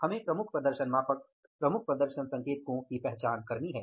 हमें प्रमुख प्रदर्शन मापक प्रमुख प्रदर्शन संकेतको की पहचान करनी है